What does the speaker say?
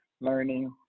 learning